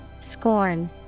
Scorn